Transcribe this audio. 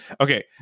Okay